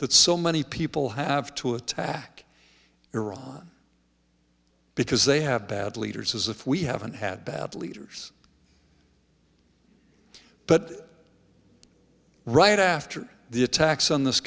that so many people have to attack iran because they have bad leaders as if we haven't had bad leaders but right after the attacks on this